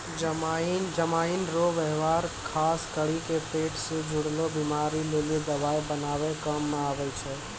जमाइन रो वेवहार खास करी के पेट से जुड़लो बीमारी लेली दवाइ बनाबै काम मे आबै छै